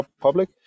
public